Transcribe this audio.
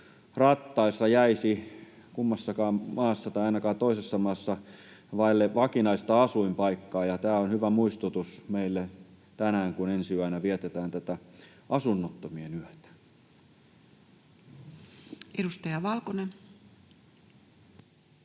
rattaissa jäisi kummassakaan maassa tai ainakaan toisessa maassa vaille vakinaista asuinpaikkaa. Tämä on hyvä muistutus meille tänään, kun ensi yönä vietetään Asunnottomien yötä. [Speech